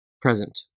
present